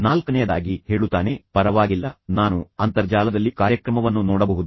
ನಾಲ್ಕನೆಯದಾಗಿ ಅವನು ಹೇಳುತ್ತಾನೆ ಪರವಾಗಿಲ್ಲ ನಾನು ನಂತರ ಅಂತರ್ಜಾಲದಲ್ಲಿ ಕಾರ್ಯಕ್ರಮವನ್ನು ನೋಡಬಹುದು